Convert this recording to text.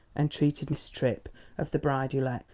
entreated miss tripp of the bride-elect,